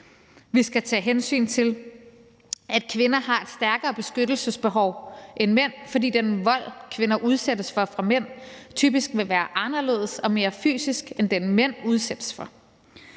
Vi skal tage hensyn til, at kvinder har et stærkere beskyttelsesbehov end mænd, fordi den vold, kvinder udsættes for fra mænd, typisk vil være anderledes og mere fysisk end den, mænd udsættes for.